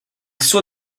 suo